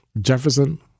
Jefferson